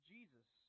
Jesus